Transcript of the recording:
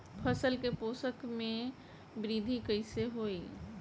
फसल के पोषक में वृद्धि कइसे होई?